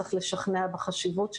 צריך לשכנע בחשיבות שלה.